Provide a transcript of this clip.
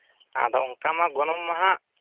ᱟᱫᱚ ᱚᱱᱠᱟ ᱢᱟ ᱜᱚᱱᱚᱝ ᱢᱟ ᱦᱟᱸᱜ